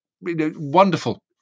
wonderful